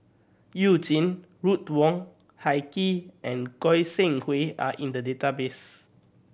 You Jin Ruth Wong Hie King and Goi Seng Hui are in the database